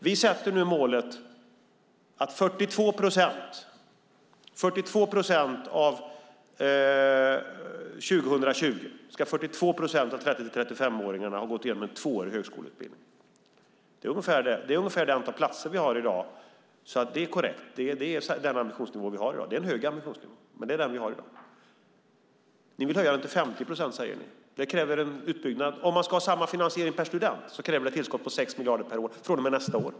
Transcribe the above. Vi sätter nu målet att år 2020 ska 42 procent av 30-35-åringarna ha gått igenom en tvåårig högskoleutbildning. Det motsvarar ungefär det antal platser vi har i dag, så det stämmer att det är den ambitionsnivån vi har i dag. Det är en hög ambitionsnivå. Ni säger att ni vill höja den till 50 procent. Om man ska ha samma finansiering per student kräver det ett tillskott på 6 miljarder per år från och med nästa år.